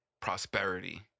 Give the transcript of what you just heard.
prosperity